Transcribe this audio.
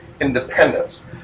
independence